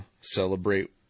celebrate